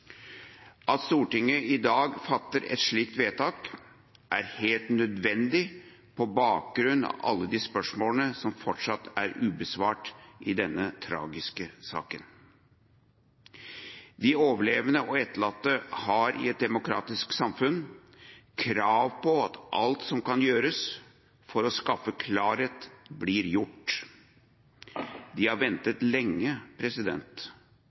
At Stortinget i dag fatter et slikt vedtak, er helt nødvendig på bakgrunn av alle de spørsmålene som fortsatt er ubesvart i denne tragiske saken. De overlevende og etterlatte har i et demokratisk samfunn krav på at alt som kan gjøres for å skaffe klarhet, blir gjort. De har ventet lenge